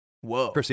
Whoa